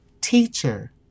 teacher